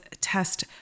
test